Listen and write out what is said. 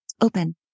open